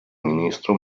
ministro